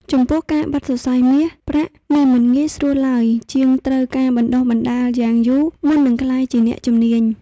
ចំពោះការបិទសរសៃមាស ប្រាក់ នេះមិនងាយស្រួលឡើយជាងត្រូវការបណ្តុះបណ្តាលយ៉ាងយូរមុននឹងក្លាយជាអ្នកជំនាញ។